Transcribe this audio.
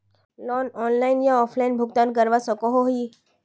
Loan online या offline भुगतान करवा सकोहो ही?